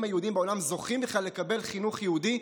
היהודים בעולם זוכים בכלל לקבל חינוך יהודי,